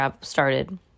started